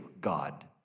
God